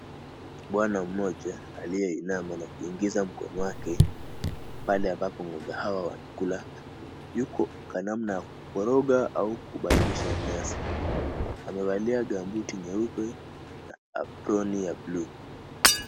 Bwana mmoja aliyeinama na kuingiza mkono wake mahali ambapo ng'ombe hawa wanakula. Yuko kwa namna ya kukoroga au kubadilisa nyasi. Amevalia gambuti nyeupe na aproni ya bluu.